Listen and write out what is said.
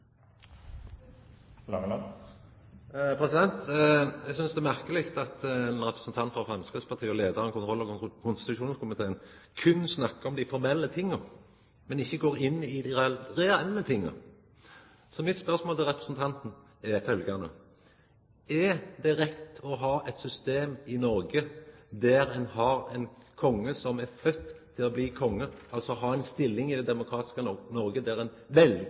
merkeleg at ein representant frå Framstegspartiet, og leiaren for kontroll- og konstitusjonskomiteen, berre snakkar om det formelle, og ikkje går inn på det reelle. Mitt spørsmål til representanten er: Er det rett å ha eit system i Noreg der ein har ein konge som er fødd til å bli konge, altså har ei stilling i det demokratiske Noreg der ein